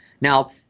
Now